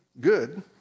good